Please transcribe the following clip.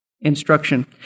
Instruction